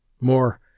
More